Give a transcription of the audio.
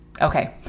Okay